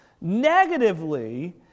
Negatively